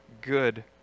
good